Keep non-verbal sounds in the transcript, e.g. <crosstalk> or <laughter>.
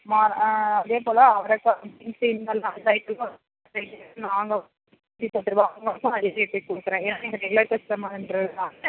மார் அதேப்போல் அவரைக்கா பீன்ஸ் எல்லாம் <unintelligible> நாங்கள் <unintelligible> பத்து ரூபாய் <unintelligible> கொடுக்குறேன் ஏன்னால் நீங்கள் ரெகுலர் கஸ்டமர்ங்றதுனால